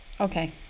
Okay